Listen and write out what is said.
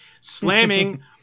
Slamming